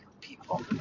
people